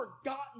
forgotten